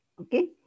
Okay